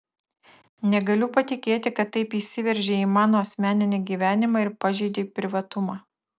negaliu patikėti kad taip įsiveržei į mano asmeninį gyvenimą ir pažeidei privatumą